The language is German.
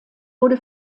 wurde